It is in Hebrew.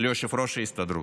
ליושב-ראש ההסתדרות.